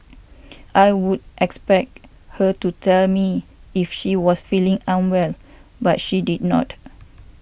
I would expect her to tell me if she was feeling unwell but she did not